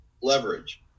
leverage